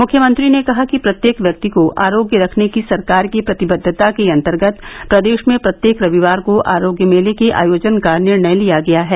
मुख्यमंत्री ने कहा कि प्रत्येक व्यक्ति को आरोग्य रखने की सरकार की प्रतिबद्धता के अन्तर्गत प्रदेश में प्रत्येक रविवार को आरोग्य मेले के आयोजन का निर्णय लिया गया है